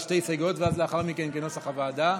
הסתייגויות, ולאחר מכן, כנוסח הוועדה.